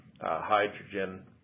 hydrogen